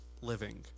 living